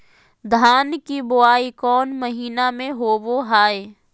धान की बोई कौन महीना में होबो हाय?